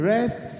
Rest